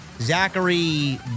Zachary